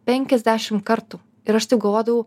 penkiasdešim kartų ir aš taip galvodavau